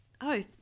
Oh